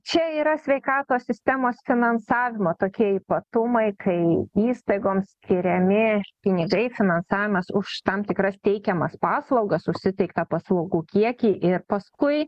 čia yra sveikatos sistemos finansavimo tokie ypatumai kai įstaigoms skiriami pinigai finansavimas už tam tikras teikiamas paslaugas už suteiktą paslaugų kiekį ir paskui